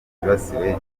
bibasiwe